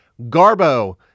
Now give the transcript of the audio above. Garbo